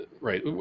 right